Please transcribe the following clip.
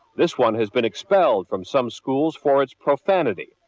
this one has been expelled from some schools for its profanity.